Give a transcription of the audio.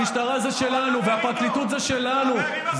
המשטרה זה שלנו, והפרקליטות זה שלנו.